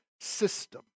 system